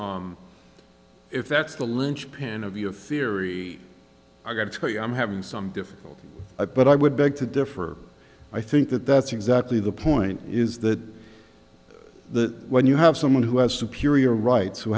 or if that's the lynchpin of your theory i got to tell you i'm having some difficulty i but i would beg to differ i think that that's exactly the point is that that when you have someone who has superior rights who